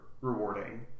rewarding